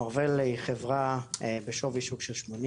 מארוול היא חברה בשווי שוק של שמונים